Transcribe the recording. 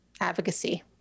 advocacy